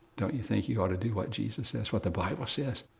don't you think you ought to do what jesus says? what the bible says?